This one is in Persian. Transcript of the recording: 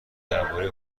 دربارهی